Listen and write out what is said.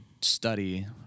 study